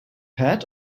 pad